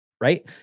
right